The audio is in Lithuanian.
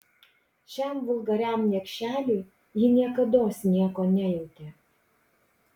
šiam vulgariam niekšeliui ji niekados nieko nejautė